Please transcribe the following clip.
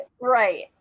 right